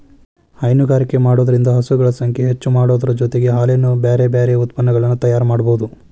ಹೈನುಗಾರಿಕೆ ಮಾಡೋದ್ರಿಂದ ಹಸುಗಳ ಸಂಖ್ಯೆ ಹೆಚ್ಚಾಮಾಡೋದರ ಜೊತೆಗೆ ಹಾಲಿನ ಬ್ಯಾರಬ್ಯಾರೇ ಉತ್ಪನಗಳನ್ನ ತಯಾರ್ ಮಾಡ್ಬಹುದು